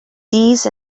these